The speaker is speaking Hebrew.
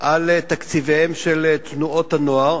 על תקציביהן של תנועות הנוער,